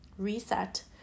reset